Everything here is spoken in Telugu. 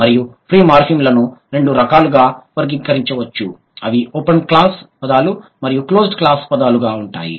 మరియు ఫ్రీ మార్ఫిమ్లను రెండు రకాలుగా వర్గీకరించవచ్చు అవి ఓపెన్ క్లాస్ పదాలు మరియు క్లోజ్డ్ క్లాస్ పదాలుగా ఉంటాయి